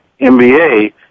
NBA